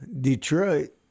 Detroit